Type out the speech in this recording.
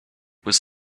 was